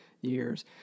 years